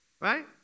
Right